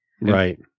Right